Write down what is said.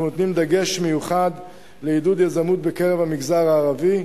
נותנים דגש מיוחד לעידוד יזמות בקרב המגזר הערבי,